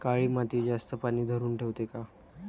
काळी माती जास्त पानी धरुन ठेवते का?